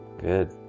good